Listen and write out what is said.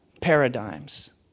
paradigms